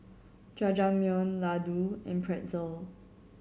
Jajangmyeon Ladoo and Pretzel